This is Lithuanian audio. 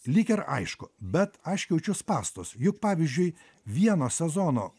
lyg ir aišku bet aš jaučiu spąstus juk pavyzdžiui vieno sezono